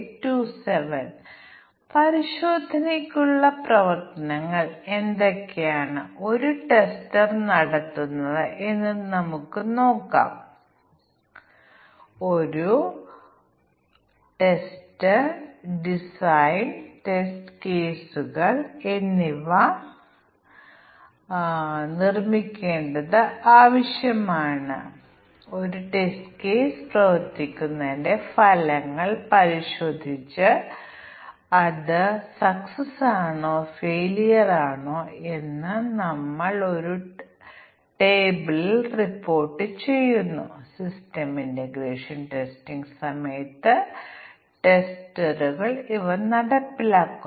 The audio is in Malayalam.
ഈ ജോടി തിരിച്ചുള്ള പരിശോധനയിൽ ഞങ്ങൾ എങ്ങനെയാണ് ഉൾപ്പെട്ടിരിക്കുന്നതെന്നും ഈ ജോഡി തിരിച്ചുള്ള ടെസ്റ്റ് കേസുകൾ ഞങ്ങൾ എങ്ങനെ സ്വമേധയാ സൃഷ്ടിക്കുന്നുവെന്നും വിശദാംശങ്ങൾ നോക്കാം തീർച്ചയായും നിങ്ങൾ പരാമീറ്ററുകളുടെ എണ്ണം ഇൻപുട്ട് ചെയ്യുന്ന ഉപകരണങ്ങൾ ലഭ്യമാണെന്ന് അവർ പറഞ്ഞു അത് നിങ്ങൾക്ക് ടെസ്റ്റ് കേസുകൾ നൽകും